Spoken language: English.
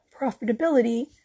profitability